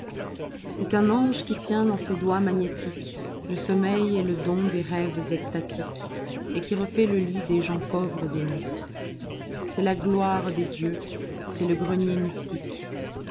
c'est un ange qui tient dans ses doigts magnétiquesle sommeil et le don des rêves extatiques et qui refait le lit des gens pauvres et nus c'est la gloire des dieux c'est le grenier mystique